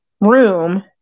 room